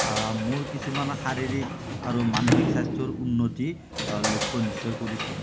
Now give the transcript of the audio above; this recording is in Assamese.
মোৰ কিছুমান শাৰীৰিক আৰু মানসিক স্বাস্থ্যৰ উন্নতি লক্ষ্য নিশ্চয় কৰিছোঁ